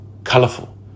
Colourful